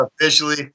officially